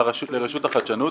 לרשות החדשנות,